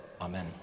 Amen